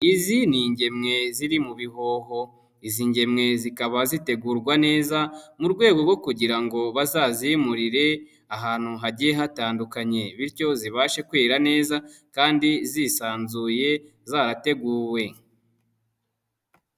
Izi ni ingemwe ziri mu bihoho, izi ngemwe zikaba zitegurwa neza mu rwego rwo kugira ngo bazazimurire ahantu hagiye hatandukanye bityo zibashe kwera neza kandi zisanzuye zarateguwe.